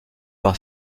par